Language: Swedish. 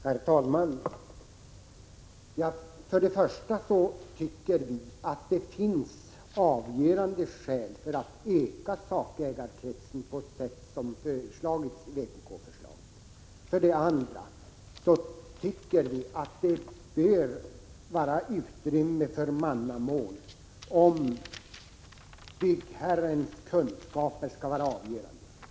Herr talman! För det första tycker vi att det finns avgörande skäl för att utöka sakägarkretsen på sätt som föreslås i vpk-förslaget. För det andra tycker vi att det måste bli utrymme för mannamån om byggherrens kunskaper skall vara avgörande.